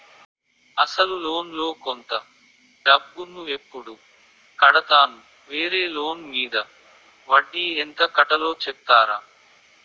అసలు లోన్ లో కొంత డబ్బు ను ఎప్పుడు కడతాను? వేరే లోన్ మీద వడ్డీ ఎంత కట్తలో చెప్తారా?